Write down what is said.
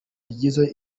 ryiza